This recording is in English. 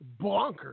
bonkers